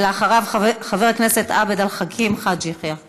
ואחריו, חבר הכנסת עבד אל חכים חאג' יחיא.